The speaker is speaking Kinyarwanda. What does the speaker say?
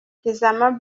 tizama